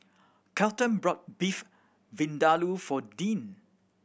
Kelton bought Beef Vindaloo for Dean